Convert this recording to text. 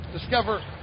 discover